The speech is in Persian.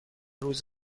روز